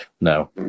no